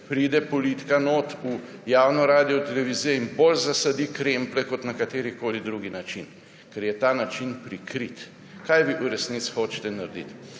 pride politika v javno radiotelevizijo in bolj zasadi kremplje kot na katerikoli drugi način, ker je ta način prikrit. Kaj vi v resnici hočete narediti?